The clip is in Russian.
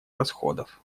расходов